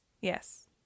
Yes